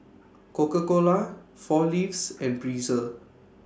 Coca Cola four Leaves and Breezer